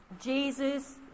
Jesus